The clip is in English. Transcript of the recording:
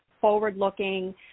forward-looking